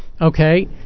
okay